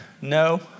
no